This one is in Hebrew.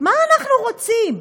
מה אנחנו רוצים,